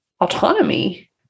autonomy